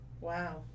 wow